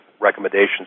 recommendations